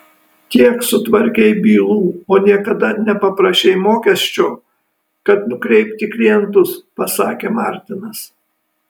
tiek sutvarkei bylų o niekada nepaprašei mokesčio kad nukreipi klientus pasakė martinas